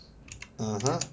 (uh huh)